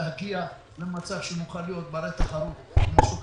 ולהגיע למצב שנוכל להיות ברי-תחרות עם השוק